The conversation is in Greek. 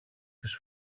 τις